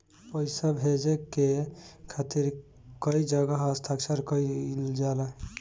पैसा भेजे के खातिर कै जगह हस्ताक्षर कैइल जाला?